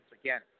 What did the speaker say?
Again